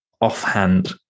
offhand